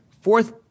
fourth